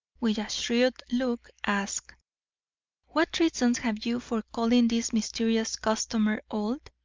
with a shrewd look, asked what reasons have you for calling this mysterious customer old?